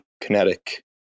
Kinetic